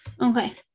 Okay